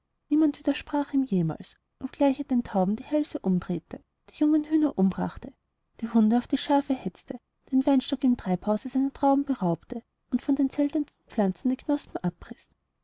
niemand widersprach ihm jemals obgleich er den tauben die hälse umdrehte die jungen hühner umbrachte die hunde auf die schafe hetzte den weinstock im treibhause seiner trauben beraubte und von den seltensten pflanzen die knospen abriß